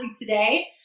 today